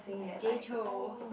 like Jay-Chou